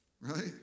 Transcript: Right